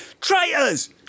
traitors